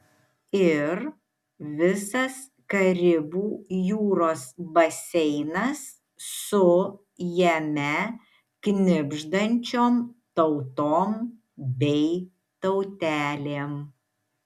ir visas karibų jūros baseinas su jame knibždančiom tautom bei tautelėm